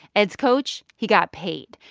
ed's coach, he got paid.